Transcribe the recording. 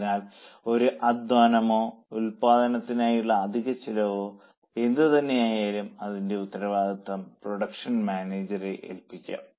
അതിനാൽ ഒരു അദ്ധ്വാനമോ ഉൽപ്പാദനത്തിനായുള്ള അധിക ചിലവുകളോ എന്തുതന്നെയായാലും അതിന്റെ ഉത്തരവാദിത്തം പ്രൊഡക്ഷൻ മാനേജറെ ഏൽപ്പിക്കാം